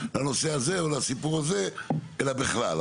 לנושא הזה או לסיפור הזה, אלא בכלל.